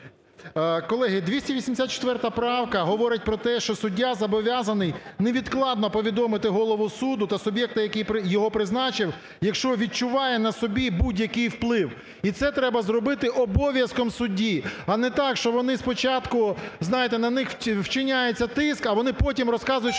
Колеги, 284 правка говорить про те, що суддя зобов'язаний невідкладно повідомити голову суду та суб'єкта, який його призначив, якщо відчуває на собі будь-який вплив. І це треба зробити обов'язком судді. А не так, що вони спочатку, знаєте, на них вчиняється тиск, а вони потім розказують,